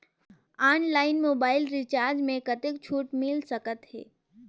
Online mobile recharge मे कतेक छूट मिल सकत हे?